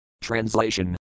Translation